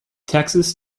texas